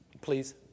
Please